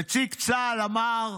נציג צה"ל אמר